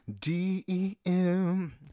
D-E-M